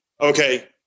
okay